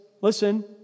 listen